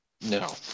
No